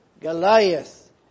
Goliath